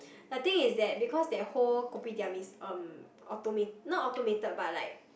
the thing is that because that whole kopitiam is um automate~ not automated but like